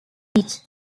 beach